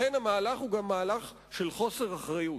לכן המהלך הוא גם מהלך של חוסר אחריות.